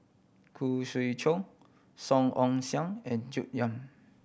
Khoo Swee Chiow Song Ong Siang and June Yap